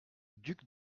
duc